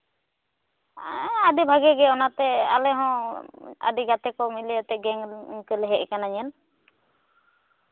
ᱟᱹᱰᱤ ᱵᱷᱟᱹᱜᱤᱜᱮ ᱚᱱᱟᱛᱮ ᱟᱞᱮᱦᱚᱸ ᱟᱹᱰᱤ ᱜᱟᱛᱮᱠᱚ ᱢᱤᱞᱟᱹᱣ ᱟᱛᱮᱜᱮ ᱤᱱᱠᱟᱹᱞᱮ ᱦᱮᱡ ᱠᱟᱱᱟ ᱧᱮᱞ